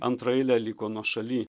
antraeilė liko nuošaly